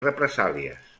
represàlies